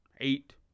eight